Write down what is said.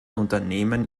unternehmen